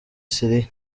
siriya